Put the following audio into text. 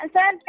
Sir